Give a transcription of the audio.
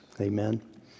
Amen